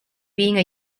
being